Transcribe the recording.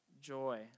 joy